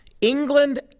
England